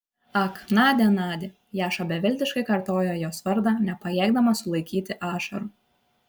ak nadia nadia jaša beviltiškai kartojo jos vardą nepajėgdamas sulaikyti ašarų